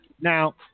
Now